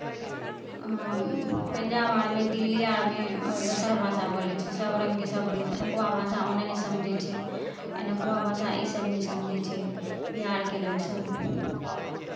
पंजाब आरमे दिल्ली आरमे दोसर भाषा बोलै छै सभ रङ्गके सभ बोलै छै एन्हुकवा भाषा ओन्नऽ नहि समझै छै एन्हुकवा भाषा इसभ नहि समझै छै बिहारके लोकसभ